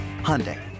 Hyundai